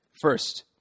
First